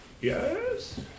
Yes